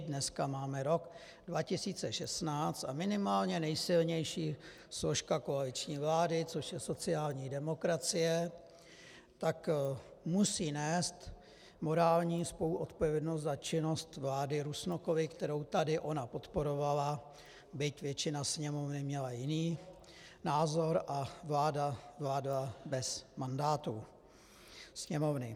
Dneska máme rok 2016 a minimálně nejsilnější složka koaliční vlády, což je sociální demokracie, musí nést morální spoluodpovědnost za činnost vlády Rusnokovy, kterou tady ona podporovala, byť většina Sněmovny měla jiný názor a vládla bez mandátu Sněmovny.